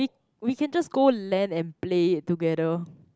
we can just go L_A_N and play it together